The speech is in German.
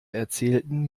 erzählten